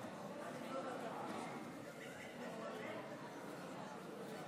אני מבקש להודיע כי חבר